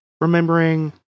Remembering